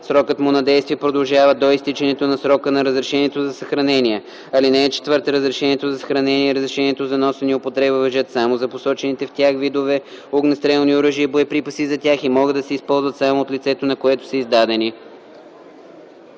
срокът му на действие продължава до изтичането на срока за разрешението за съхранение. (4) Разрешението за съхранение и разрешението за носене и употреба важат само за посочените в тях видове огнестрелни оръжия и боеприпаси за тях и могат да се използват само от лицето, на което са издадени.”